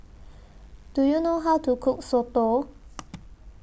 Do YOU know How to Cook Soto